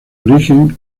origen